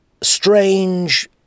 strange